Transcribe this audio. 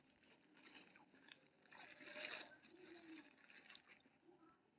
margin trading एक दिन लेल अथवा दीर्घकालीन सेहो भए सकैए